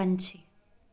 ਪੰਛੀ